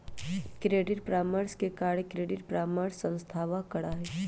credit परामर्श के कार्य क्रेडिट परामर्श संस्थावह करा हई